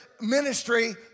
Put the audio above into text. ministry